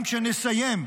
גם כשנסיים,